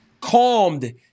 calmed